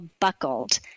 buckled